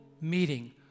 meeting